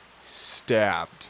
stabbed